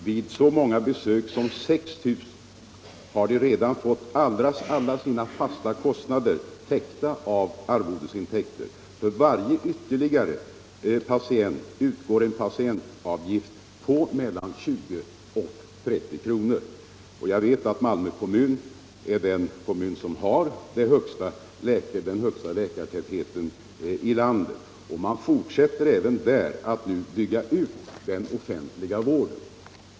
Vid så många besök som 6 000 har de redan fått alla sina fasta kostnader täckta av arvodesintäkter. För varje ytterligare patient utgår en patientavgift på mellan 20 och 30 kr. Jag vet att Malmö kommun har den högsta läkartätheten i landet, och man fortsätter även där att bygga ut den offentliga vården.